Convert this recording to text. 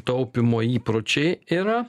taupymo įpročiai yra